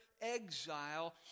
exile